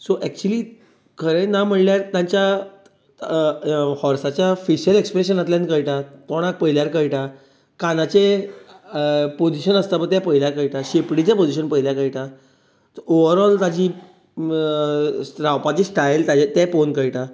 so actually खंय ना म्हळ्यार ताच्या हाॅर्साच्या फेशल एक्प्रेशनांतल्यान कळटा तोंडाक पळयल्यार कळटा कानाचे पाॅजिशन आसता तें पळयल्यार कळटा शेपडीचें पाॅजिशन पळयल्यार कळटा सो ओवराॅल तेची रावपाची स्टायल तें पळोवन कळटा